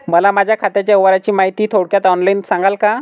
मला माझ्या खात्याच्या व्यवहाराची माहिती थोडक्यात ऑनलाईन सांगाल का?